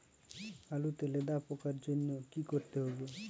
আলুতে লেদা পোকার জন্য কি করতে হবে?